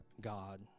God